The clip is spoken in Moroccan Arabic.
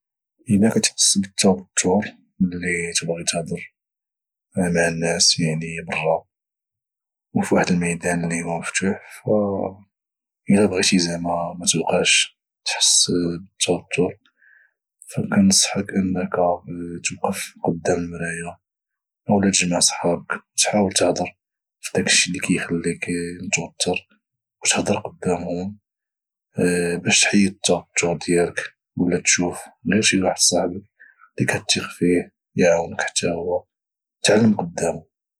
الى كتحس بالتوتر ملي تبغي تهدر مع الناس يعني برا وفي واحد الميدان اللي هو مفتوح فالى بغيتي زعما متبقاش تحس بالتوتر فكنصحك انك توقف قدام المرايا اولى دجمع صحابك وتحاول تهدر فداكشي اللي كيخليك توتر او تهدر قدامهم باش تحيد التوتر ديالك ولى تشوف غير شي واحد صاحبك اللي كتيق فيه يقدر يعاونك تعلم قدامو